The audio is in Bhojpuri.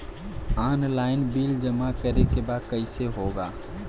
ऑनलाइन बिल जमा करे के बा कईसे होगा?